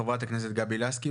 חברת הכנסת גבי לסקי,